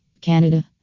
Canada